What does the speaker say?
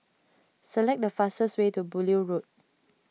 select the fastest way to Beaulieu Road